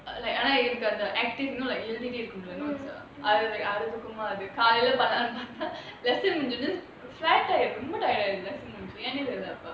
but like எனக்கு அந்த:enakku antha got the active you know like எழுதிட்டே இருக்க முடியல:eluthitae irukka mudiyala notes uh காலைல பண்ணலாம்னு பார்த்தா:kalaila pannalaamnu paarthaa tired ஆயிடுது ஏனா தெரில:aayiduthu yaenaa terila